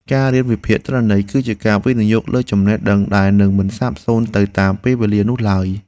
ការរៀនវិភាគទិន្នន័យ គឺជាការវិនិយោគលើចំណេះដឹងដែលនឹងមិនសាបសូន្យទៅតាមពេលវេលានោះឡើយ។